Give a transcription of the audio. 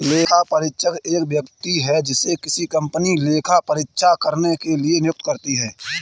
लेखापरीक्षक एक व्यक्ति है जिसे किसी कंपनी लेखा परीक्षा करने के लिए नियुक्त करती है